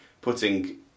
putting